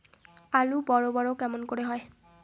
আলু বড় বড় কেমন করে হয়?